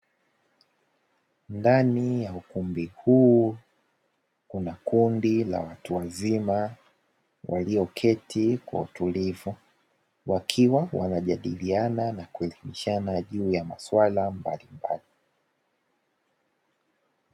Ndani ya ukumbi huu kuna kundi la watu wazima walioketi kwa utulivu, wakiwa wanajadiliana na kuelimishana juu ya masuala mbalimbali.